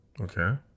Okay